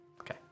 Okay